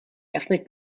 ethnic